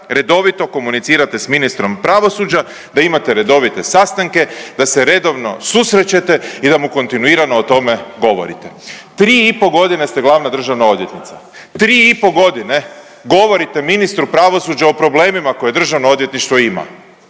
redovito komunicirate s ministrom pravosuđa, da imate redovite sastanke da se redovno susrećete i da mu kontinuirano o tome govorite. 3,5 godine ste glavna državna odvjetnica. 3,5 godine govorite ministru pravosuđa o problemima koje Državno odvjetništvo ima.